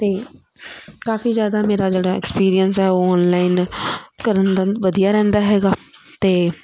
ਅਤੇ ਕਾਫੀ ਜ਼ਿਆਦਾ ਮੇਰਾ ਜਿਹੜਾ ਐਕਸਪੀਰੀਐਂਸ ਆ ਉਹ ਔਨਲਾਈਨ ਕਰਨ ਦਾ ਵਧੀਆ ਰਹਿੰਦਾ ਹੈਗਾ ਅਤੇ